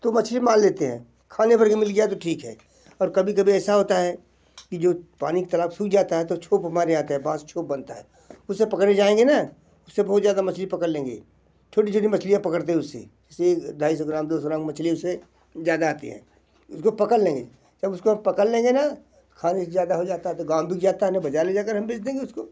तो मछली मार लेते हैं खाने भर के मिल गया तो ठीक है और कभी कभी ऐसा होता है कि जो पानी का तलाब सूख जाता है तो छोप हमारे यहाँ आते हैं बांस से छोब बनता है उससे पकड़ने जाएंगे ना उससे बहुत ज़्यादा मछली पकड़ लेंगे छोटी छोटी मछलियाँ पकड़ते हैं उससे जैसे ढाई सौ ग्राम दो सौ ग्राम मछली उससे ज़्यादा आती हैं उसको पकड़ लेंगे जब उसको पकड़ लेंगे ना खाने से ज़्यादा हो जाता है तो गाँव में बिक जाता है ना बजार ले जाकर हम बेच देंगे उसको